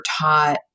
taught